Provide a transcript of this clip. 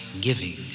giving